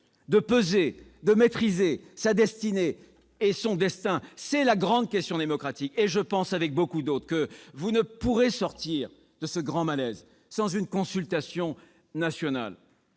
de peser sur sa destinée et de la maîtriser. C'est la grande question démocratique ! Et je pense, avec beaucoup d'autres, que vous ne pourrez sortir de ce grand malaise sans une consultation nationale.